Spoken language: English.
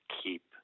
keep